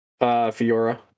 Fiora